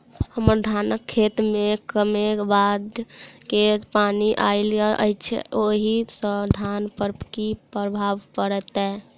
हम्मर धानक खेत मे कमे बाढ़ केँ पानि आइल अछि, ओय सँ धान पर की प्रभाव पड़तै?